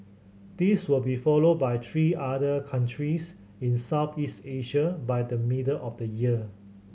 this will be followed by three other countries in Southeast Asia by the middle of the year